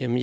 som